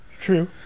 True